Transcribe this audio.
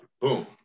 Boom